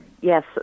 Yes